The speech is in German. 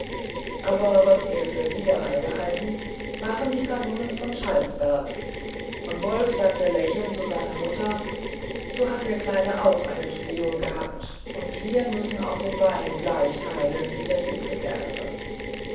aber was er für widerhall gehalten waren die kanonen von schalksberg und wolf sagte lächelnd zu seiner mutter so hat der kleine auch einen spion gehabt und wir müssen auch den wein gleich teilen wie das übrige erbe